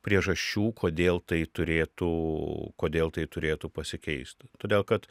priežasčių kodėl tai turėtų kodėl tai turėtų pasikeisti todėl kad